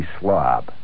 slob